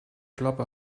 klappe